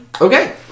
Okay